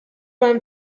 beim